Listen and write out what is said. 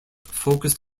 focused